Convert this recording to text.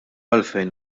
għalfejn